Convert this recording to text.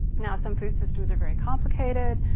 now, some food systems are very complicated,